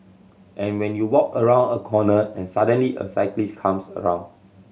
and when you walk around a corner and suddenly a cyclist comes around